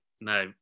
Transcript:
no